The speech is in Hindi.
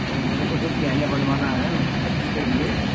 तो मेरे को कुछ गहने बनवाना है बच्ची के लिए